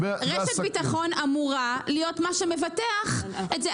רשת ביטחון אמורה להיות מה שמבטח את זה.